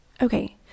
Okay